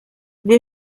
wir